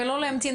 ולא להמתין